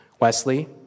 Wesley